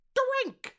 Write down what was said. drink